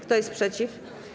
Kto jest przeciw?